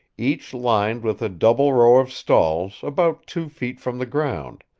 each lined with a double row of stalls about two feet from the ground,